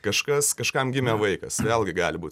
kažkas kažkam gimė vaikas vėlgi gali būt